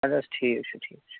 اَدٕ حظ ٹھیٖک چھُ ٹھیٖک چھُ